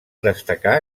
destacar